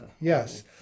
Yes